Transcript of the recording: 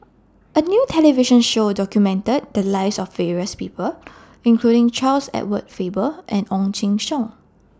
A New television Show documented The Lives of various People including Charles Edward Faber and Ong Jin Teong